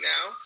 Now